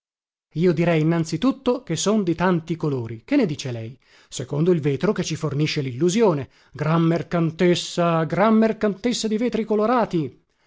io direi innanzi tutto che son di tanti colori che ne dice lei secondo il vetro che ci fornisce lillusione gran mercantessa gran mercantessa di vetri colorati